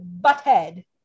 Butthead